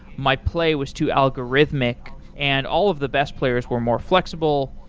my play was too algorithmic and all of the best players were more flexible.